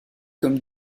comme